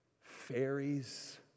fairies